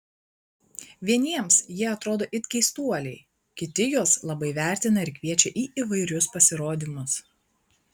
vieniems jie atrodo it keistuoliai kiti juos labai vertina ir kviečia į įvairius pasirodymus